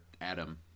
Adam